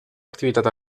activitat